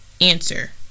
Answer